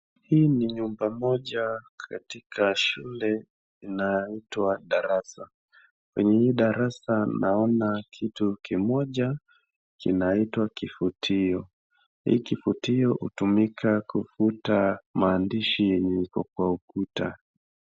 Hii ni nyumba moja katika shule inaitwa darasa. Kwenye hii darasa naona kitu kimoja kinaitwa kifutio. Hii kifutio hutumika kufuta maandishi yenye iko kwa ukuta.